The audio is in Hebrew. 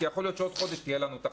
כי יכול להיות שעוד חודש תהיה לנו תחרות.